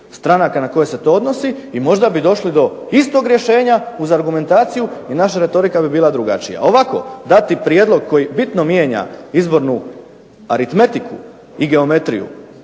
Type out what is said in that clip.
stranaka na koje se to odnosi i možda bi došli do istog rješenja uz argumentaciju i naša retorika bi bila drugačija. Ovako, dati prijedlog koji bitno mijenja izbornu aritmetiku i geometriju